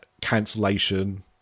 cancellation